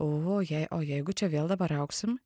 o jei o jeigu čia vėl dabar augsim